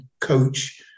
coach